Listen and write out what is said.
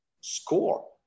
score